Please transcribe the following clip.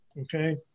okay